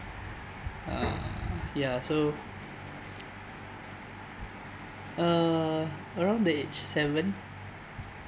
uh ya so uh around the age seven